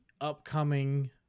upcoming